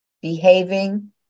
Behaving